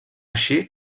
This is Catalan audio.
així